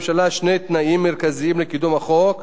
וכמה תנאים משניים שהם לא פחות חשובים.